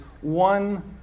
one